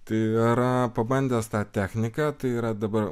tai yra pabandęs tą techniką tai yra dabar